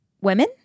women